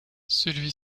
celui